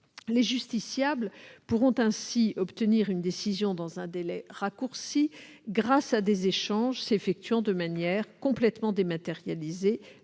Les justiciables pourront ainsi obtenir une décision dans un délai raccourci, grâce à des échanges s'effectuant de manière complètement dématérialisée